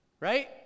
Right